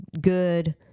good